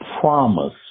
promise